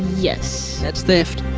yes. that's theft.